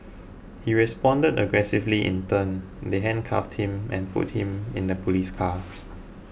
he responded aggressively in turn they handcuffed him and put him in the police car